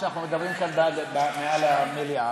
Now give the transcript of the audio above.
כשאנחנו מדברים כאן מעל הדוכן,